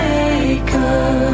Maker